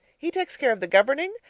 he takes care of the governing,